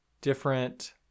different